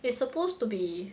it's supposed to be